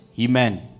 Amen